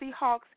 Seahawks